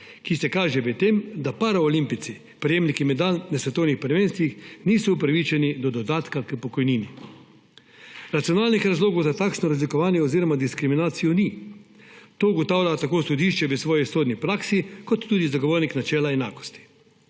ki se kaže v tem, da paraolimpijci – prejemniki medalj na svetovnih prvenstvih niso upravičeni do dodatka k pokojnini. Racionalnih razlogov za takšno razlikovanje oziroma diskriminacijo ni. To ugotavlja tako sodišče v svoji sodni praksi kot tudi Zagovornik načela enakosti.